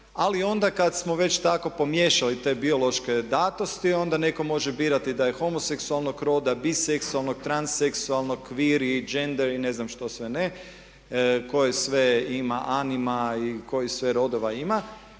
ali onda kad smo već tako pomiješali te biološke datosti onda netko može birati da je homoseksualnog roda, biseksualnog, tran seksualno, … ne znam što sve ne koje sve ima animal i kojih sve rodova ima